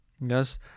Yes